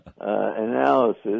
analysis